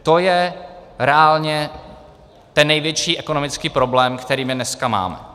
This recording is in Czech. To je reálně ten největší ekonomický problém, který dneska máme.